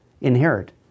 inherit